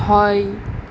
হয়